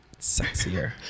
sexier